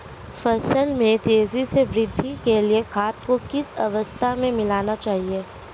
फसल में तेज़ी से वृद्धि के लिए खाद को किस अवस्था में मिलाना चाहिए?